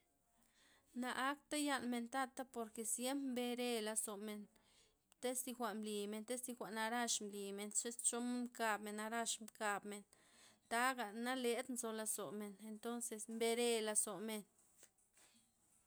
Na akta yamen tata porke ziemp mbere lazomen. tez thi jwa'n mblimen, tez thi jwa'n narax mblimen ziz- ze- xo- xomod mkabmen, narax mkabmen, taga naled nzo lazomen entonzes mbere lazomen.